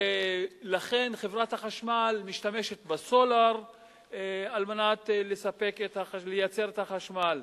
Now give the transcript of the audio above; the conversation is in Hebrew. ולכן חברת החשמל משתמשת בסולר על מנת לייצר את החשמל.